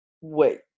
wait